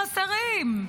חסרים.